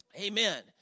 Amen